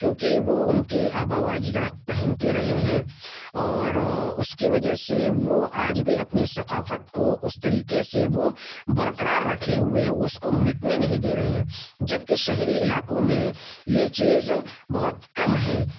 کیونکہ وہ ان کے آبا و اجداد پہنتے رہے ہیں اور اس کی وجہ سے وہ آج بھی اپنی ثقافت کو اس طریقے سے وہ برقرار رکھے ہوئے ہے اس کو مٹنے نہیں دے رہے ہیں جبکہ شہری علاقوں میں یہ چیز بہت کم ہے